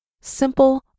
simple